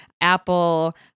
Apple